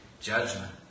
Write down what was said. judgment